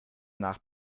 nach